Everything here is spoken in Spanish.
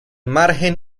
margen